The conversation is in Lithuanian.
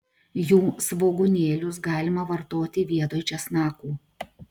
jų svogūnėlius galima vartoti vietoj česnakų